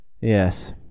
Yes